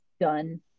done